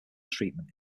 treatment